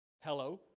hello